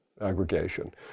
aggregation